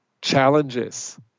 challenges